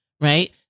Right